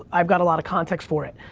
i've got a lot of context for it.